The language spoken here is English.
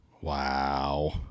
Wow